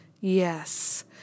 Yes